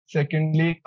Secondly